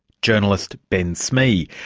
journalist ben smee,